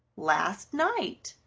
last night,